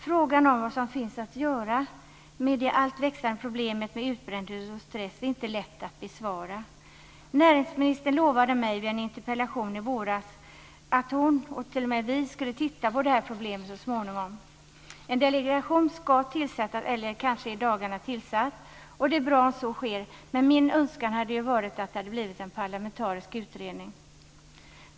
Frågan om vad som finns att göra åt det alltmer växande problemet med utbrändhet och stress är inte lätt att besvara. Näringsministern lovade mig i samband med en interpellation i våras att hon, och t.o.m. vi, så småningom skulle titta på problemet. En delegation ska tillsättas - eller är kanske i dagarna tillsatt. Det är bra att så sker men jag skulle önska att det hade blivit en parlamentarisk utredning.